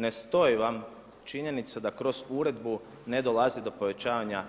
Ne stoji vam činjenica da kroz uredbu ne dolazi do povećavanja